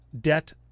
debt